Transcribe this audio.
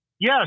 Yes